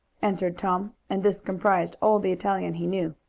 answered tom, and this comprised all the italian he knew.